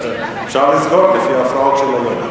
אפשר לסגור, לפי ההפרעות של היום.